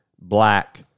black